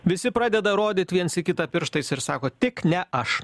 visi pradeda rodyt viens į kitą pirštais ir sako tik ne aš